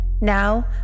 Now